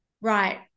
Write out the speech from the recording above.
right